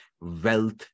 wealth